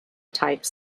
type